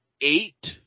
eight